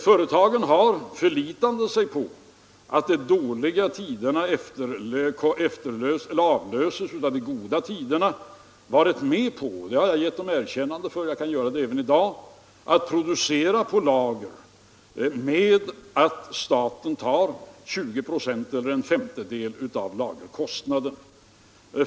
Företagen har, förlitande sig på att de dåliga tiderna avlöses av de goda, varit med på — jag har givit dem erkännande för det och kan göra det även i dag — att producera på lager, och staten tar 20 96 eller en femtedel av lagerkostnaden.